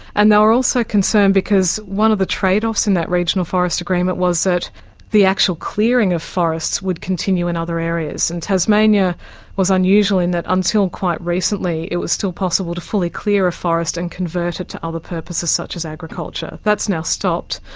and they were also concerned because one of the trade-offs in that regional forest agreement was that the actual clearing of forests would continue in other areas. and tasmania was unusual in that until quite recently it was still possible to fully clear a forest and convert it to other purposes such as agriculture. that's now stopped,